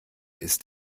ist